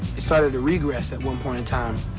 it started to regress at one point in time.